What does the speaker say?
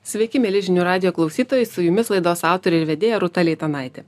sveiki mieli žinių radijo klausytojai su jumis laidos autorė ir vedėja rūta leitanaitė